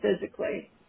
physically